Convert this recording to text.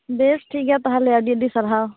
ᱵᱮᱥ ᱴᱷᱤᱠ ᱜᱮᱭᱟ ᱛᱟᱦᱚᱞᱮ ᱟ ᱰᱤ ᱟ ᱰᱤ ᱥᱟᱨᱦᱟᱣ